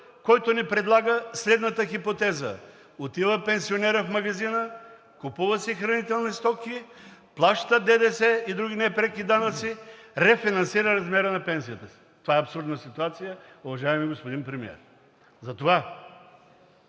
който ни предлага следната хипотеза: отива пенсионерът в магазина, купува си хранителни стоки, плаща ДДС и други непреки данъци, рефинансира размера на пенсията си. Това е абсурдна ситуация, уважаеми господин Премиер. Затова